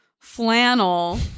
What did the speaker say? flannel